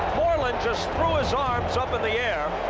moreland just threw his arms up in the air.